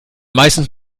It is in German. meistens